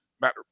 Matter